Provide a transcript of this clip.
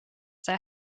that